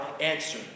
answer